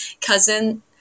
cousin